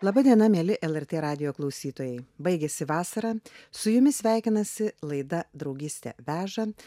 laba diena mieli lrt radijo klausytojai baigėsi vasara su jumis sveikinasi laida draugystė veža